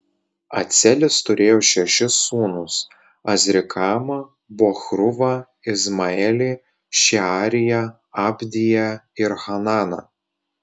acelis turėjo šešis sūnus azrikamą bochruvą izmaelį šeariją abdiją ir hananą